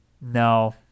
No